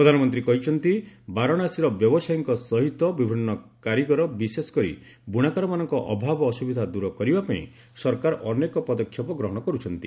ପ୍ରଧାନମନ୍ତ୍ରୀ କହିଛନ୍ତି ବାରଣାସୀର ବ୍ୟବସାୟୀଙ୍କ ସହିତ ବିଭିନ୍ନ କାରିଗର ବିଶେଷ କରି ବୁଣାକାରମାନଙ୍କ ଅଭାବ ଅସୁବିଧା ଦୂର କରିବା ପାଇଁ ସରକାର ଅନେକ ପଦକ୍ଷେପ ଗ୍ରହଣ କରୁଛନ୍ତି